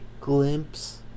glimpse